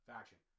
Faction